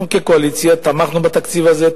אנחנו כקואליציה תמכנו בתקציב הזה,